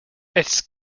its